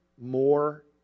more